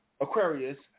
Aquarius